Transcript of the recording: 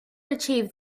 achieved